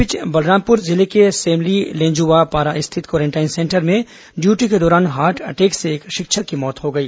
इस बीच बलरामपुर जिले को सेमली लेन्जुवापारा स्थित क्वारेंटाइन सेंटर मे ड्यूटी के दौरान हार्ट अटैक से एक शिक्षक की मौत हो गई